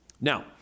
Now